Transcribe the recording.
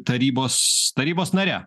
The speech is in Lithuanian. tarybos tarybos nare